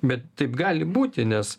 bet taip gali būti nes